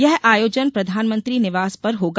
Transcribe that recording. यह आयोजन प्रधानमंत्री निवास पर होगा